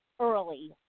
early